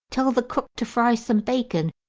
tell the cook to fry some bacon,